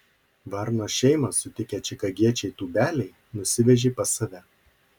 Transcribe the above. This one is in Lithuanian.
varno šeimą sutikę čikagiečiai tūbeliai nusivežė pas save